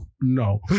No